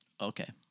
Okay